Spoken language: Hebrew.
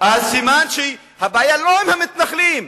אז סימן שהבעיה לא עם המתנחלים.